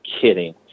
kidding